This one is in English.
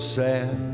sad